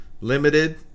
limited